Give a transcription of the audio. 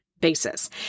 basis